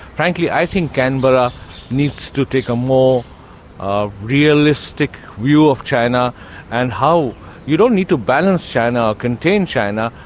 frankly, i think canberra needs to take a more ah realistic view of china and how you don't need to balance china, or contain china,